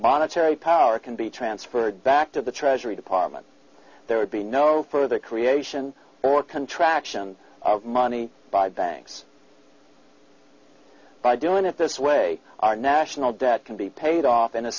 monetary power can be transferred back to the treasury department there would be no further creation or contraction of money by banks by doing it this way our national debt can be paid off in a